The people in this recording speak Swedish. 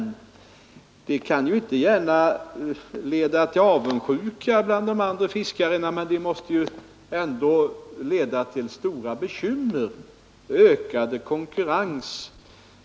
Det kan ju inte gärna leda till avundsjuka bland de andra fiskarna, men det måste ju ändå leda till stora bekymmer och ökad konkurrens.